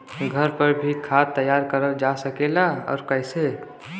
घर पर भी खाद तैयार करल जा सकेला और कैसे?